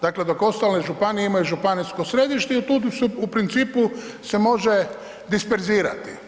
Dakle, dok ostale županije imaju županijsko središte tu su u principu se može disperzirati.